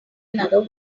another